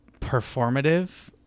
performative